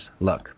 Look